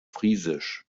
friesisch